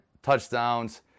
touchdowns